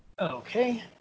Okay